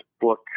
book